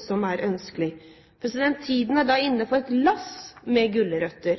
resultatet. Tiden er da inne for et lass med gulrøtter!